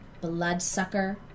bloodsucker